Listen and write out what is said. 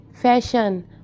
Fashion